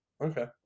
Okay